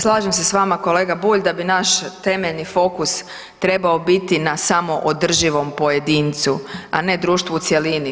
Slažem se s vama, kolega Bulj, da bi naš temeljni fokus trebao biti na samoodrživom pojedincu, a ne društvu u cjelini.